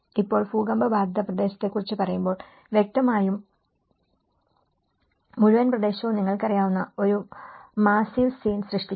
ഇപ്പോൾ ഭൂകമ്പ ബാധിത പ്രദേശത്തെക്കുറിച്ച് പറയുമ്പോൾവ്യക്തമായും മുഴുവൻ പ്രശ്നവും നിങ്ങൾക്കറിയാവുന്ന ഒരു മാസ്സീവ് സീൻ സൃഷ്ടിക്കുന്നു